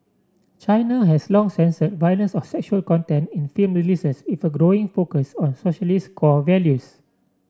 China has long censored violence or sexual content in film releases with a growing focus on socialist core values